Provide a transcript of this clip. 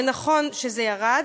ונכון שזה ירד,